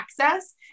access